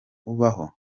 ubaho